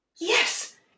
Yes